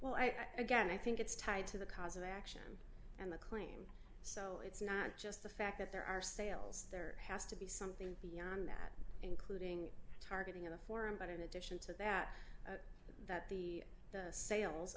well i again i think it's tied to the cause of action and the claim so it's not just the fact that there are sales there has to be something beyond that including targeting a forum but in addition to that that the sales